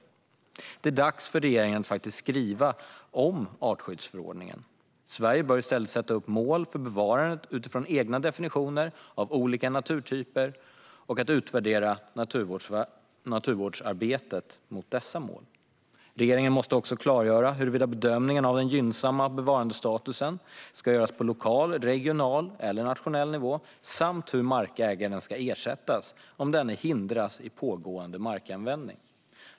Det är dags för regeringen att skriva om artskyddsförordningen. Sverige bör i stället sätta upp mål för bevarandet utifrån egna definitioner av olika naturtyper och utvärdera naturvårdsarbetet mot dessa mål. Regeringen måste också klargöra huruvida bedömningen av den gynnsamma bevarandestatusen ska göras på lokal, regional eller nationell nivå samt hur markägaren ska ersättas om denne hindras i pågående markanvändning.